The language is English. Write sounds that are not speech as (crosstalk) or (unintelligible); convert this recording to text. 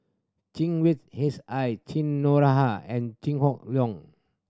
Chen Wen (unintelligible) Cheryl Noronha and Chew Hock Leong